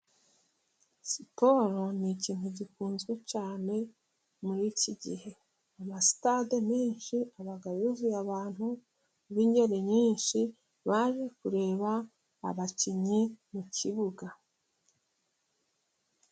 Siporo ni ikintu gikunzwe cyane muri iki gihe, amasitade menshi aba yuzuye abantu b'ingeri nyinshi ,baje kureba abakinnyi mu kibuga.